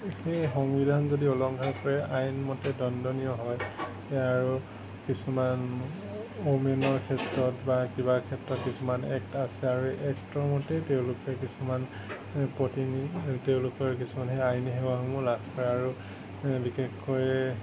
সেই সংবিধান যদি উলংঘা কৰে আইনমতে দণ্ডনীয় হয় এয়া আৰু কিছুমান ৱ'মেনৰ ক্ষেত্ৰত বা কিবা ক্ষেত্ৰত কিছুমান এক্ট আছে আৰু এক্টৰ মতেই কিছুমান তেওঁলোকৰ কিছুমান সেই আইনী সেৱাসমূহ লাভ কৰে আৰু বিশেষকৈ